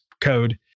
code